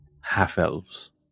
half-elves